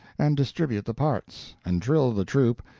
and distribute the parts and drill the troupe,